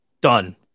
Done